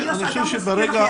בנוסף,